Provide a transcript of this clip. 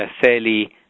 fairly